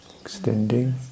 extending